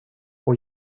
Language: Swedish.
och